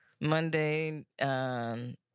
Monday